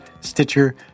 Stitcher